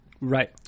right